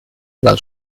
dal